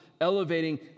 elevating